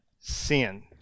sin